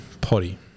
Potty